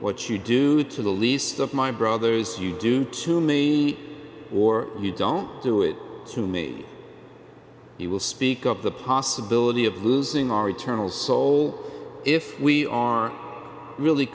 what you do to the least of my brothers you do to me or you don't do it to me he will speak of the possibility of losing our eternal soul if we are really